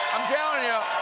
i'm telling you